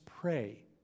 pray